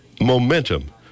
momentum